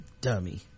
Dummy